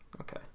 Okay